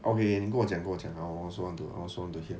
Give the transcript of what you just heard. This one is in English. okay 你跟我讲你跟我讲